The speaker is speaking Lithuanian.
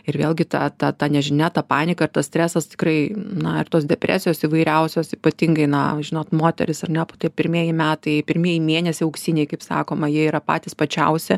ir vėlgi ta ta ta nežinia ta panika ir tas stresas tikrai na ir tos depresijos įvairiausios ypatingai na žinot moterys ar ne tie pirmieji metai pirmieji mėnesiai auksiniai kaip sakoma jie yra patys pačiausi